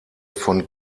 von